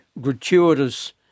gratuitous